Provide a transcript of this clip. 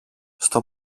στο